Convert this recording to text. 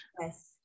Yes